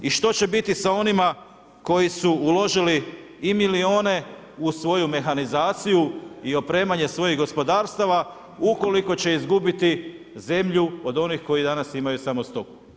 I što će biti sa onima koji su uložili i milijune u svoju mehanizaciju i opremanje svojih gospodarstava, ukoliko će izgubiti zemlju od onih koji danas imaju samo stoku.